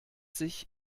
sich